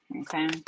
okay